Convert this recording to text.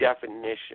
definition